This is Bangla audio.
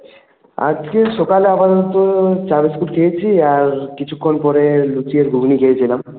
আজকে সকালে আপাতত চা বিস্কুট খেয়েছি আর কিছুক্ষণ পরে লুচি আর ঘুগনি খেয়েছিলাম